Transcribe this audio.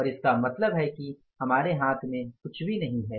और इसका मतलब है कि हमारे हाथ में कुछ नहीं है